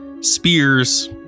spears